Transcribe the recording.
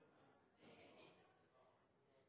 er